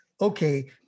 okay